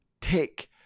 Tick